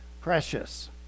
precious